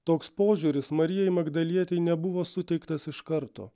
toks požiūris marijai magdalietei nebuvo suteiktas iš karto